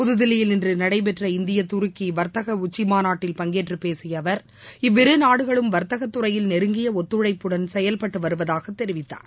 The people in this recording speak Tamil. புதுதில்லியில் இன்று நடைபெற்ற இந்திய துருக்கி வர்த்தக உச்சி மாநாட்டில் பங்கேற்று பேசிய அவர் இவ்விரு நாடுகளும் வர்த்தகத்துறையில் நெருங்கிய ஒத்துழைப்புடன் செயல்பட்டு வருவதாக தெரிவித்தார்